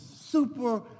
super